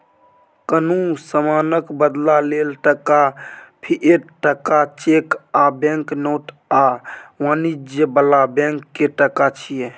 कुनु समानक बदला लेल टका, फिएट टका, चैक आ बैंक नोट आ वाणिज्य बला बैंक के टका छिये